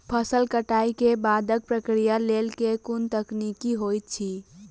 फसल कटाई केँ बादक प्रक्रिया लेल केँ कुन तकनीकी होइत अछि?